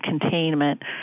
containment